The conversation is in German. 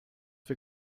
wir